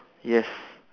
yes